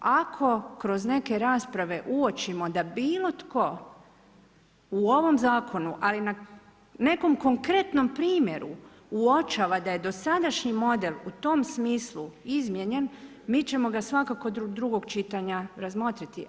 Ako kroz neke rasprave uočimo da bilo tko, u ovom zakonu, ali na nekom konkretnom primjeru, uočava da je dosadašnji model u tom smislu izmijenjen mi ćemo ga svakako do drugog čitanja razmotriti.